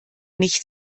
mich